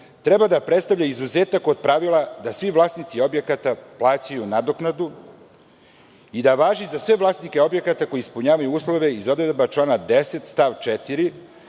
treba da predstavlja izuzetak od pravila da svi vlasnici objekata plaćaju nadoknadu i da važi za sve vlasnike objekata koji ispunjavaju uslove iz odredbi člana 10. stav 4,